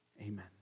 Amen